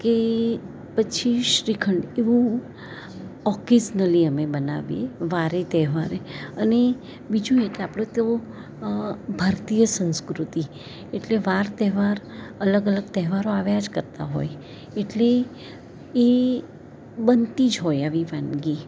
કે પછી શ્રીખંડ એવું ઑકેશનલી અમે બનાવીએ વારે તહેવારે અને બીજું એક આપણે તો ભારતીય સંસ્કૃતિ એટલે વાર તહેવાર અલગ અલગ તહેવારો આવ્યા જ કરતાં હોય એટલે એ બનતી જ હોય આવી વાનગી